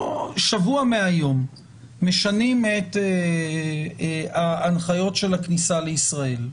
ששבוע מהיום משנים את ההנחיות של הכניסה לישראל,